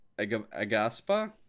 Agaspa